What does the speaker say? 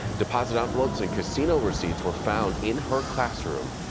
deposit envelope and casino receipts were found in her classroom.